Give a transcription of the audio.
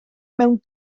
mewn